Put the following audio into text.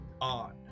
on